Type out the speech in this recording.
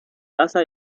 basa